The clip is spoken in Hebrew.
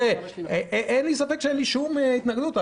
אין לי שום התנגדות.